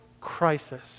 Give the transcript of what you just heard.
crisis